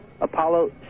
Apollo